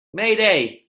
mayday